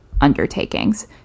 undertakings